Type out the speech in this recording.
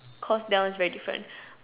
cause that one is very different